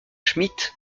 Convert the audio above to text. schmitt